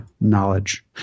knowledge